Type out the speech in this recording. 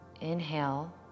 Inhale